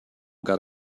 got